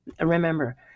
Remember